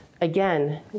again